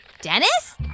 Dennis